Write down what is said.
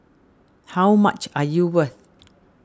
how much are you worth